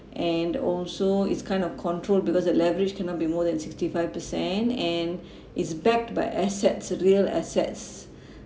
and also it's kind of control because that leverage cannot be more than sixty five percent and it's backed by assets real assets